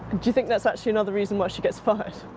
do you think that's actually another reason why she gets fired?